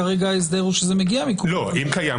כרגע ההסדר הוא שזה מגיע מ --- אם קיים,